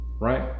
Right